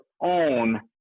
own